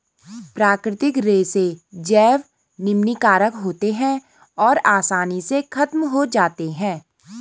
प्राकृतिक रेशे जैव निम्नीकारक होते हैं और आसानी से ख़त्म हो जाते हैं